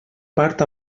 part